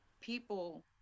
people